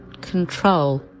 control